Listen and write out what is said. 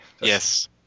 Yes